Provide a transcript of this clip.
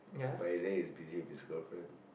but he say he's busy with his girlfriend